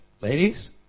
Ladies